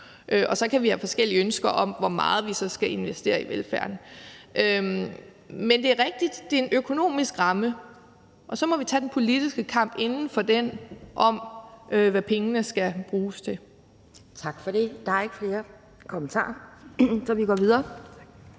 Og så kan vi have forskellige ønsker om, hvor meget vi så skal investere i velfærden. Men det er rigtigt: Det er en økonomisk ramme, og så må vi tage den politiske kamp inden for den om, hvad pengene skal bruges til. Kl. 12:36 Anden næstformand (Pia Kjærsgaard): Tak for det. Der er ikke flere kommentarer, så vi går videre